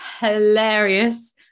hilarious